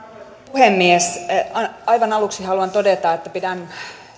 puhemies aivan aluksi haluan todeta että pidän